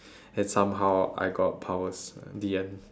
and somehow I got powers the end